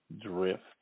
Drift